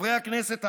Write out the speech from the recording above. חברי הכנסת,